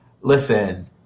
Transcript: Listen